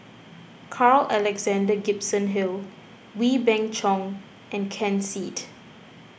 Carl Alexander Gibson Hill Wee Beng Chong and Ken Seet